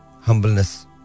humbleness